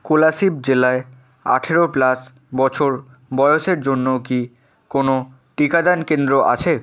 কোলাশিব জেলায় আঠারো প্লাস বছর বয়সের জন্য কি কোনো টিকাদান কেন্দ্র আছে